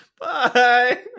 Bye